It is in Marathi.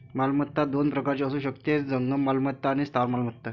मालमत्ता दोन प्रकारची असू शकते, जंगम मालमत्ता आणि स्थावर मालमत्ता